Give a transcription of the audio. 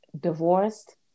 divorced